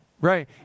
right